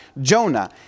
Jonah